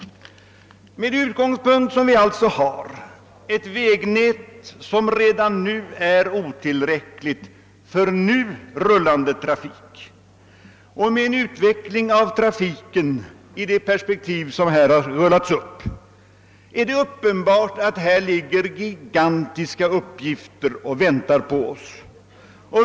Med denna utgångspunkt — ett vägnät som redan är otillräckligt för nu rullande trafik — och med en utveckling av trafiken i det perspektiv som här har rullats upp är det uppenbart att gigantiska uppgifter väntar på oss.